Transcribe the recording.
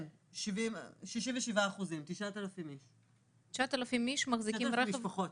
67%, כ-9,000 משפחות.